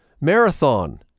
marathon